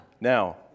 Now